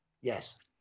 yes